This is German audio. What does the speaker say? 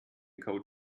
code